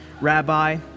Rabbi